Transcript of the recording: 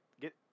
get